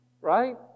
right